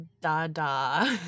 Dada